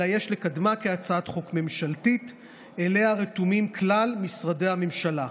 אלא יש לקדמה כהצעת חוק ממשלתית שאליה רתומים כלל משרדי הממשלה.